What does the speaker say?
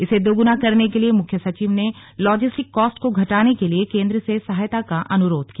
इसे दोगुना करने के लिए मुख्य सचिव ने लॉजिस्टिक कॉस्ट को घटाने के लिए केन्द्र से सहायता का अनुरोध किया